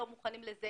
לא מוכנים לזה.